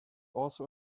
also